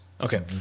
Okay